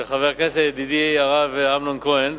של ידידי חבר הכנסת הרב אמנון כהן: